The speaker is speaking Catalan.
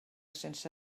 sense